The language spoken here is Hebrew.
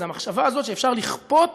זו המחשבה הזאת שאפשר לכפות